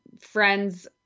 friends